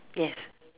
yes